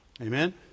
amen